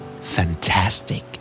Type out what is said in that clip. Fantastic